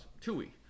Tui